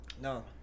No